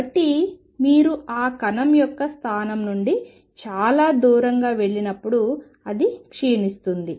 కాబట్టి మీరు ఆ కణం యొక్క స్థానం నుండి చాలా దూరంగా వెళ్ళినప్పుడు అది క్షీణిస్తుంది